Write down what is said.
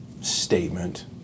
statement